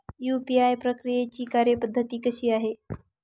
UPI प्रक्रियेची कार्यपद्धती कशी आहे?